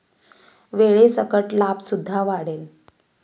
वेळेसकट लाभ सुद्धा वाढेल